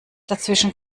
dazwischen